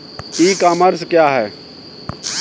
ई commerce क्या है?